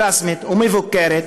רשמית ומבוקרת,